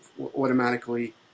automatically